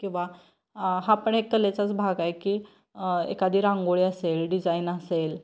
किंवा हा आपण एक कलेचाच भाग आहे की एखादी रांगोळी असेल डिझाईन असेल